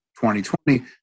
2020